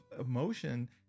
emotion